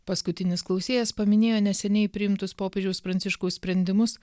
paskutinis klausėjas paminėjo neseniai priimtus popiežiaus pranciškaus sprendimus